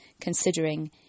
considering